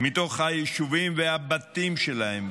מתוך היישובים והבתים שלהם,